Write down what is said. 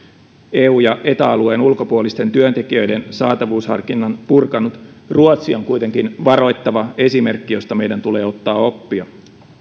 eu ja eta alueen ulkopuolisten työntekijöiden saatavuusharkinnan purkanut ruotsi on kuitenkin varoittava esimerkki josta meidän tulee ottaa oppia